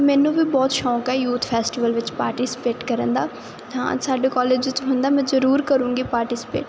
ਮੈਨੂੰ ਵੀ ਬਹੁਤ ਸ਼ੌਂਕ ਆ ਯੂਥ ਫੈਸਟੀਵਲ ਵਿੱਚ ਪਾਰਟੀਸਪੇਟ ਕਰਨ ਦਾ ਹਾਂ ਸਾਡੇ ਕਾਲਜ ਵਿੱਚ ਹੁੰਦਾ ਮੈਂ ਜਰੂਰ ਕਰੂੰਗੀ ਪਾਰਟੀਸਪੇਟ